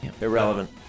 Irrelevant